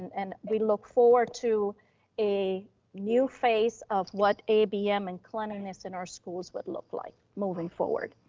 and we look forward to a new phase of what abm and cleanliness in our schools would look like moving forward.